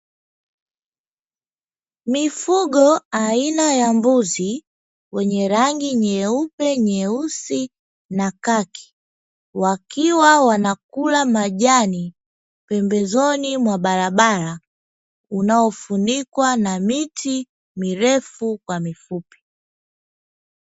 Mifugo aina ya mbuzi wenye rangi nyeupe, nyeusi na kaki, wakiwa wanakula majani pembezoni mwa barabara, unaofunikwa na miti mirefu kwa mifupi.